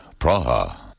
Praha